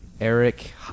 Eric